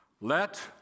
Let